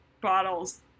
bottles